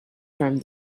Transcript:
from